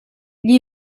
gli